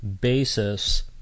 basis